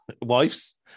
Wives